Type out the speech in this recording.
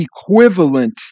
equivalent